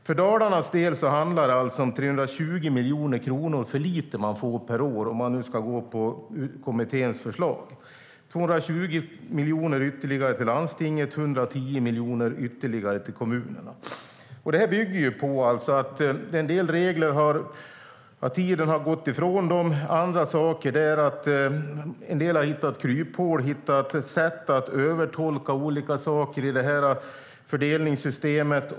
För Dalarnas del handlar det alltså om att det är 330 miljoner kronor för lite som man får per år, om man nu ska gå på kommitténs förslag, 220 miljoner ytterligare till landstinget och 110 miljoner ytterligare till kommunerna. Det här bygger på att tiden har gått ifrån en del regler. En del har hittat kryphål och sätt att övertolka olika saker i fördelningssystemet.